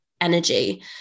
energy